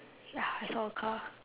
ya I saw a car